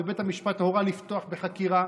ובית המשפט הורה לפתוח בחקירה.